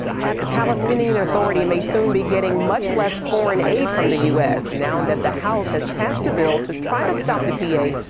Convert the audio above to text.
pat, the palestinian authority may soon be getting much less foreign aid from the u s, now that the house has passed a bill to try to stop the p a.